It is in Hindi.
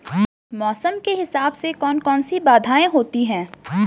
मौसम के हिसाब से कौन कौन सी बाधाएं होती हैं?